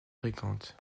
fréquentes